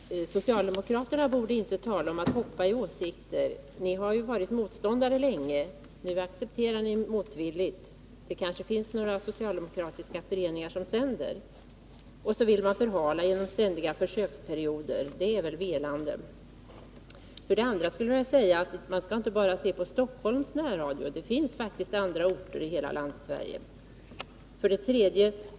Herr talman! Socialdemokraterna borde inte tala om att hoppa mellan åsikter. Ni har ju länge varit motståndare till närradion, men nu accepterar ni den motvilligt. Det kanske finns några socialdemokratiska föreningar som sänder. Ni vill dock förhala den genom ständiga försöksperioder. Det är väl att vela. Man skall inte se bara till Stockholms närradio. Det finns faktiskt andra orter i Sverige.